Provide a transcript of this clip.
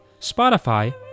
Spotify